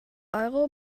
euro